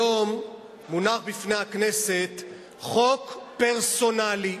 היום מונח בפני הכנסת חוק פרסונלי,